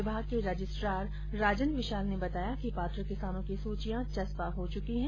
विभाग के रजिस्ट्रार राजन विशाल ने बताया कि पात्र किसानों की सूचियां चस्पा हो चुकी हैं